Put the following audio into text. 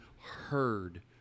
heard